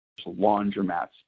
laundromats